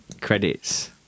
Credits